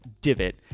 divot